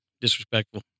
disrespectful